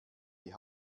die